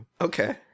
Okay